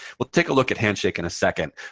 we'll take a look at handshake in a second.